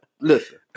listen